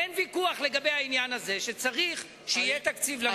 אין ויכוח לגבי העניין הזה שצריך שיהיה תקציב למדינה.